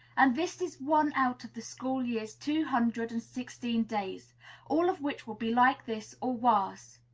and this is one out of the school-year's two hundred and sixteen days all of which will be like this, or worse.